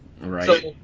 Right